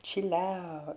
she lah